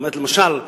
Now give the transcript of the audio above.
למשל,